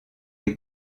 les